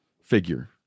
figure